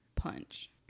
punch